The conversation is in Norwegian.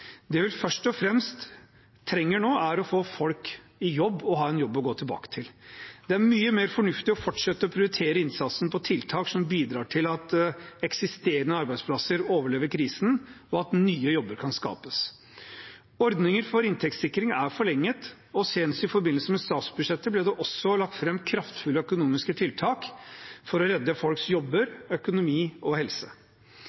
Det vi først og fremst trenger nå, er å få folk i jobb og at de har en jobb å gå tilbake til. Det er mye mer fornuftig å fortsette å prioritere innsatsen på tiltak som bidrar til at eksisterende arbeidsplasser overlever krisen, og at nye jobber kan skapes. Ordninger for inntektssikring er forlenget, og senest i forbindelse med statsbudsjettet ble det også lagt fram kraftfulle økonomiske tiltak for å redde folks